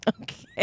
Okay